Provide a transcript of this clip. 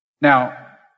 Now